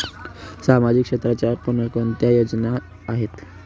सामाजिक क्षेत्राच्या कोणकोणत्या योजना आहेत?